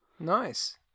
nice